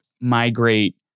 migrate